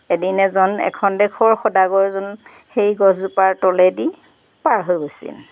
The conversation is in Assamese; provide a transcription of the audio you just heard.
এদিন এজন এখন দেশৰ সদাগৰজন সেই গছজোপাৰ তলেদি পাৰ হৈ গৈছিল